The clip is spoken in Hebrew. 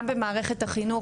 גם במערכת החינוך,